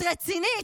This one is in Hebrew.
את רצינית?